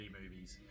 movies